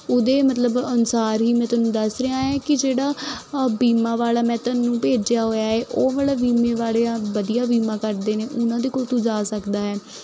ਉਹਦੇ ਮਤਲਬ ਅਨੁਸਾਰ ਹੀ ਮੈਂ ਤੁਹਾਨੂੰ ਦੱਸ ਰਿਹਾ ਹਾਂ ਕਿ ਜਿਹੜਾ ਬੀਮਾ ਵਾਲਾ ਮੈਂ ਤੁਹਾਨੂੰ ਭੇਜਿਆ ਹੋਇਆ ਹੈ ਉਹ ਵਾਲਾ ਬੀਮੇ ਵਾਲਿਆਂ ਵਧੀਆ ਬੀਮਾ ਕਰਦੇ ਨੇ ਉਹਨਾਂ ਦੀ ਕੋਲ ਤੂੰ ਜਾ ਸਕਦਾ ਹੈ